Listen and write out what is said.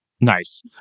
Nice